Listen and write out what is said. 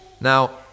Now